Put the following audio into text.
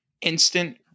Instant